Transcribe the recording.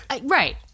right